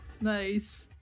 Nice